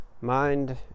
mind